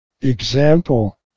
Example